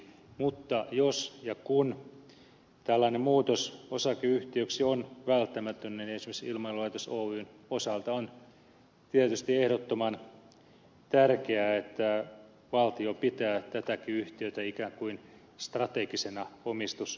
mutta jos ja kun tällainen muutos osakeyhtiöksi on välttämätön niin esimerkiksi ilmailulaitos oyn osalta tietysti on ehdottoman tärkeää että valtio pitää tätäkin yhtiötä ikään kuin strategisena omistusyhtiönä